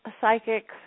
psychics